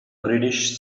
greenish